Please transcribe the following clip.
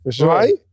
right